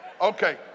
okay